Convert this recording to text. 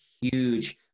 huge –